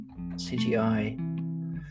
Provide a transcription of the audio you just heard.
CGI